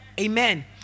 Amen